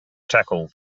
tackle